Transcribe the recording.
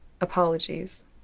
apologies